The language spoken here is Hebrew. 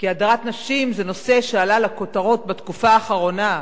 כי הדרת נשים זה נושא שעלה לכותרות בתקופה האחרונה,